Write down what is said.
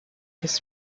has